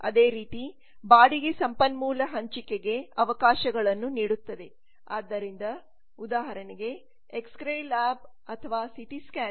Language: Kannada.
ಅದೇ ರೀತಿ ಬಾಡಿಗೆ ಸಂಪನ್ಮೂಲ ಹಂಚಿಕೆಗೆ ಅವಕಾಶಗಳನ್ನು ನೀಡುತ್ತದೆ ಆದ್ದರಿಂದ ಉದಾಹರಣೆಗೆ ಎಕ್ಸರೆ ಲ್ಯಾಬ್ ಅಥವಾ ಸಿಟಿ ಸ್ಕ್ಯಾನರ್